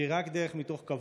והיא רק דרך של כבוד,